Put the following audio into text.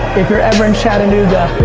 if you're ever in chattanooga,